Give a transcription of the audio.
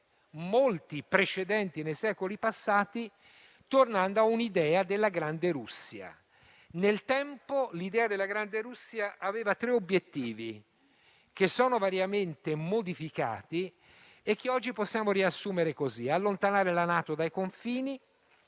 molti precedenti nei secoli passati, tornando a un'idea della grande Russia. Nel tempo, l'idea della grande Russia aveva tre obiettivi, che si sono variamente modificati e che oggi possiamo riassumere così: allontanare la NATO dai confini;